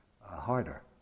harder